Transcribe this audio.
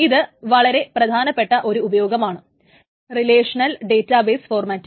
ഇത് വളരെ പ്രധാനപ്പെട്ട ഒരു ഉപയോഗമാണ് റിലേഷനൽ ഡേറ്റാബെസ് ഫോർമാറ്റിൽ